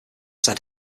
said